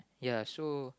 ya so